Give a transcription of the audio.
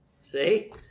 See